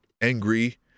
angry